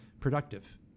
productive